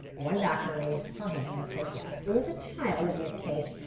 one doctor raised her hand and said yes. it was a child abuse case.